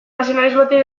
nazionalismotik